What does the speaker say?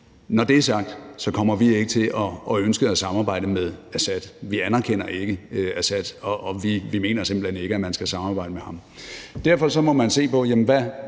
Når det er sagt, kommer vi ikke til at ønske at samarbejde med Assad. Vi anerkender ikke Assad, og vi mener simpelt hen ikke, at man skal samarbejde med ham. Derfor må man se på: Hvad